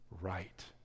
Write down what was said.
right